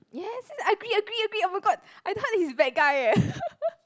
yes agree agree agree oh my god I thought he's bad guy eh